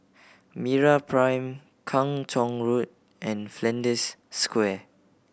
MeraPrime Kung Chong Road and Flanders Square